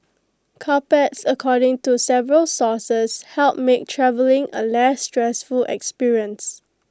carpets according to several sources help make travelling A less stressful experience